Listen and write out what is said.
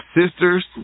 sisters